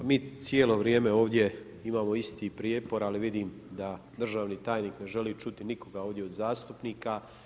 Mi cijelo vrijeme ovdje imamo isti prijepor, ali vidim da državni tajnik ne želi čuti nikoga ovdje od zastupnika.